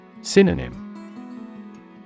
Synonym